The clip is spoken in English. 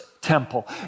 Temple